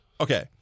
okay